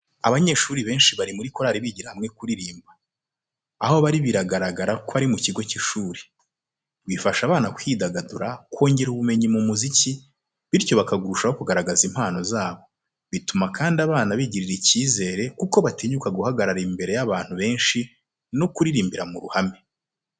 Abanyeshuri benshi bari muri korali bigira hamwe kuririmba. Aho bari bigaragara ko ari ku kigo cy'ishuri. Bifasha abana kwidagadura, kongera ubumenyi mu muziki, bityo bakarushaho kugaragaza impano zabo. Bituma kandi abana bigirira icyizere kuko batinyuka guhagarara imbere y'abantu benshi no kuririmbira mu ruhame.